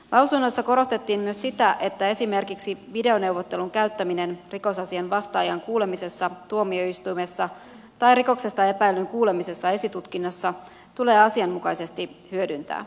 lausunnoissa korostettiin myös sitä että esimerkiksi videoneuvottelun käyttäminen rikosasian vastaajan kuulemisessa tuomioistuimessa tai rikoksesta epäillyn kuulemisessa esitutkinnassa tulee asianmukaisesti hyödyntää